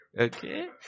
Okay